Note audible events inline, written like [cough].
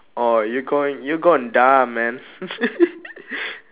orh you going you gonna die man [laughs]